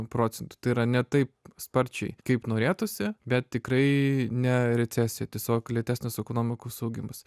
procentų tai yra ne taip sparčiai kaip norėtųsi bet tikrai ne recesija tiesiog lėtesnis ekonomikos augimas